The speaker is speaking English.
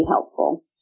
helpful